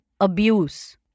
abuse